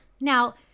Now